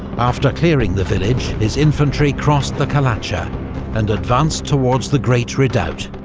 after clearing the village, his infantry crossed the kalatsha and advanced towards the great redoubt,